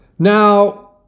Now